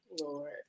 Lord